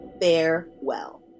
Farewell